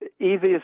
Easiest